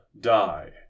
die